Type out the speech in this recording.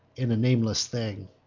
and a nameless thing.